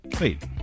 Wait